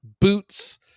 boots